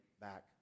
back